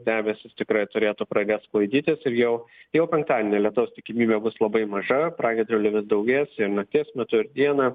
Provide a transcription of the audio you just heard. debesys tikrai turėtų pradėt sklaidytis ir jau jau penktadienį lietaus tikimybė bus labai maža pragiedruliai vis daugės ir nakties metu ir dieną